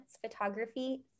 photography